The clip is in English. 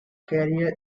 carrier